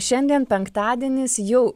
šiandien penktadienis jau